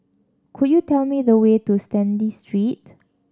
could you tell me the way to Stanley Street